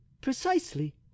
Precisely